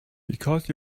because